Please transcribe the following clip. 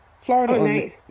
Florida